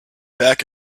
back